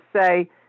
say